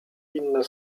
inne